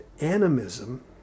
animism